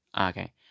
Okay